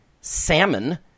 salmon